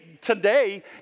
today